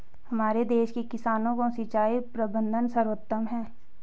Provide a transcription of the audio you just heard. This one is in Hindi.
हमारे देश के किसानों का सिंचाई प्रबंधन सर्वोत्तम है